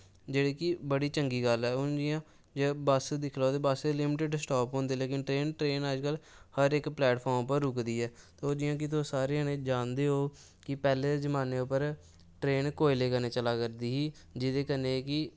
जेह्ड़ी कि बड़ी चंगी गल्ल ऐ जि'यां जदूं बस दिक्ख लैऔ ते बस स्टाप होंदे लेकिन ट्रेन अज्ज कल हर इक प्लेटफार्म उप्पर रुकदी ऐ तुस जि'यां सारे जनें जानदे ओ कि पैह्लै जमाने उप्पर ट्रेन कोई चला करदी ही जेह्दे कन्नै कि